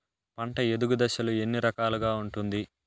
పంట ఎదుగు దశలు ఎన్ని రకాలుగా ఉంటుంది?